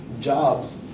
jobs